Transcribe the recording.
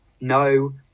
No